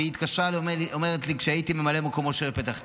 והיא התקשרה אליי כשהייתי ממלא מקום ראש העיר פתח תקווה.